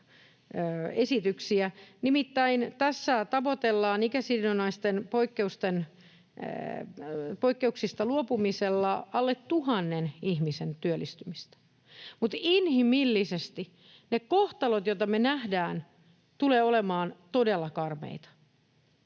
esityksiä. Nimittäin tässä tavoitellaan ikäsidonnaisista poikkeuksista luopumisella alle tuhannen ihmisen työllistymistä, mutta inhimillisesti ne kohtalot, joita me nähdään, tulevat olemaan todella karmeita.